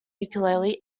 ukulele